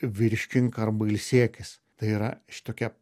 virškink arba ilsėkis tai yra šitokie